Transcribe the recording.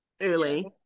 early